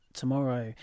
tomorrow